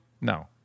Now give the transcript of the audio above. No